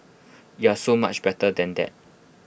you are so much better than that